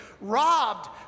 robbed